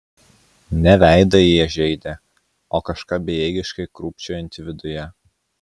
ne veidą jie žeidė o kažką bejėgiškai krūpčiojantį viduje